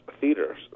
theaters